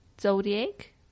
Zodiac